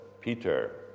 Peter